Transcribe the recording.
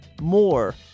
more